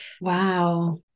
Wow